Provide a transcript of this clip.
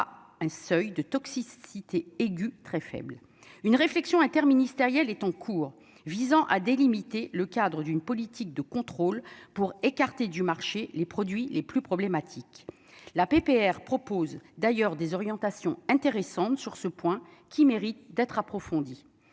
un seuil de toxicité aiguë très faible, une réflexion interministérielle est en cours visant à délimiter le cadre d'une politique de contrôle pour écarter du marché les produits les plus problématiques la PPR propose d'ailleurs des orientations intéressantes sur ce point qui mérite d'être approfondie,